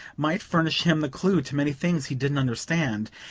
might furnish him the clue to many things he didn't understand,